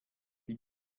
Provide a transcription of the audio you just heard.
wie